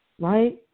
right